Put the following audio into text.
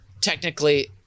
technically